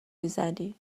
میزنی